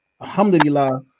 alhamdulillah